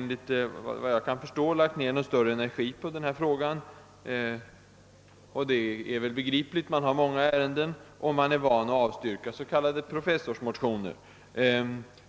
Såvitt jag förstår har utskottet inte lagt ned någon större energi när man behandlade denna fråga. Det är kanske begripligt. Utskottet har många ärenden, och man är van att avstyrka s.k. professorsmotioner